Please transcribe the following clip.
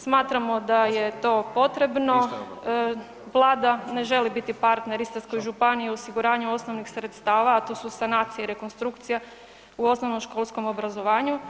Smatramo da je to potrebno, Vlada ne želi biti partner Istarskoj županiji u osiguranju osnovnih sredstava, a to su sanacija i rekonstrukcija u osnovnoškolskom obrazovanju.